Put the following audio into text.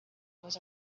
was